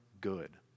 good